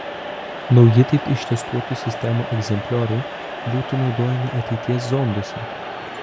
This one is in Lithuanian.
nauji taip ištestuotų sistemų egzemplioriai būtų naudojami ateities zonduose